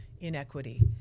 inequity